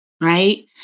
right